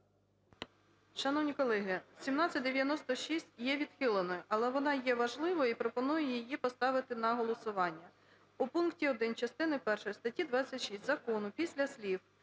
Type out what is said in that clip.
Шановні колеги, 1796 є відхиленою, але вона є важливою і пропоную її поставити на голосування. У пункті 1 частини першої статті 26 Закону після слів